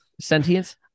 Sentience